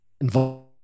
involved